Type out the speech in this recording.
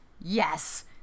Yes